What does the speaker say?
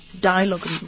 dialogue